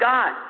God